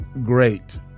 great